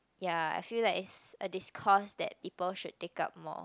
ya I feel like it's a discourse that people should take up more